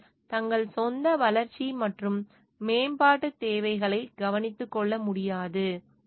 அவர்கள் தங்கள் சொந்த வளர்ச்சி மற்றும் மேம்பாட்டுத் தேவைகளை கவனித்துக் கொள்ள முடியாது